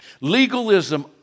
Legalism